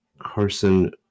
Carson